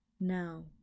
Now